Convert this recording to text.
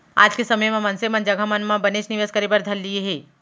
आज के समे म मनसे मन जघा मन म बनेच निवेस करे बर धर लिये हें